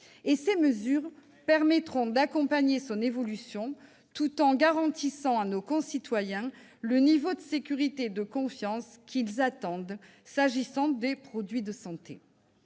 ». Ces mesures « permettront d'accompagner son évolution tout en garantissant à nos concitoyens le niveau de sécurité et de confiance qu'ils attendent s'agissant des produits de santé